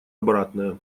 обратное